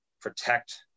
protect